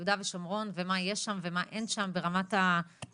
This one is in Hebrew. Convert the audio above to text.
יהודה ושומרון ומה יש שם ומה אין שם ברמת השירותים?